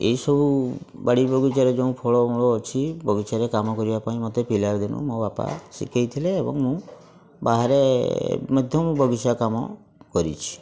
ଏହିସବୁ ବାଡ଼ି ବଗିଚାରେ ଯେଉଁ ଫଳମୂଳ ଅଛି ବଗିଚାରେ କାମ କରିବା ପାଇଁ ମତେ ପିଲାଦିନୁ ମୋ ବାପା ଶିଖେଇଥିଲେ ଏବଂ ମୁଁ ବାହାରେ ମଧ୍ୟ ମୁଁ ବଗିଚା କାମ କରିଛି